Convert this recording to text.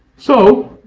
so,